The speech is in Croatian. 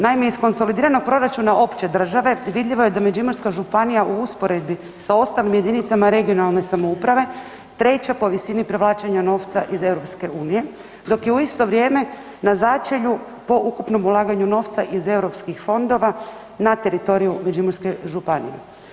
Naime, iz konsolidiranog proračuna opće države vidljivo je da je Međimurska županija u usporedbi sa ostalim jedinicama regionalne samouprave treća po visini privlačenja novca iz EU, dok je u isto vrijeme na začelju po ukupnom ulaganju novca iz europskih fondova na teritoriju Međimurske županije.